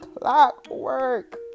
clockwork